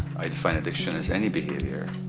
i define addiction as any behavior.